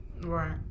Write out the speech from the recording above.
Right